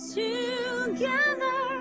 together